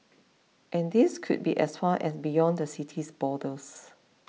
and these could be as far as beyond the city's borders